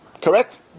correct